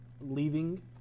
leaving